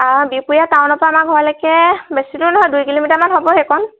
বিহপুৰীয়া টাউনৰ পৰা আমাৰ ঘৰলৈকে বেছি দূৰ নহয় দুই কিলোমিটাৰমান হ'ব সেইকণ